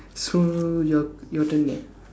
so your your turn